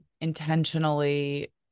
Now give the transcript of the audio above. intentionally